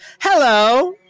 Hello